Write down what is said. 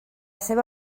seva